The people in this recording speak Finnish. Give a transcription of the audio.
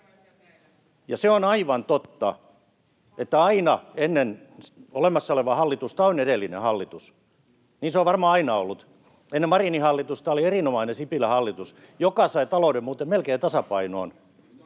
Ja se on aivan totta, että aina ennen olemassa olevaa hallitusta on edellinen hallitus. Niin se on varmaan aina ollut. Ennen Marinin hallitusta oli erinomainen Sipilän hallitus, [Kokoomuksen ryhmästä: